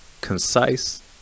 concise